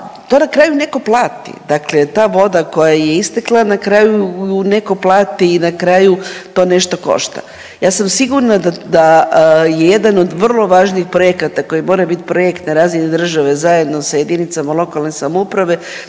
to na kraju netko plati. Dakle ta voda koja je istekla, na kraju ju netko plati i na kraju to nešto košta. Ja sam sigurna da je jedan od vrlo važnih projekata koji mora biti projekt na razini države zajedno sa jedinicama lokalne samouprave